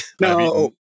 No